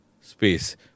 space